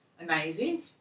amazing